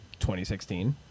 2016